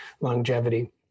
longevity